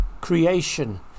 creation